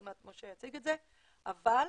אבל,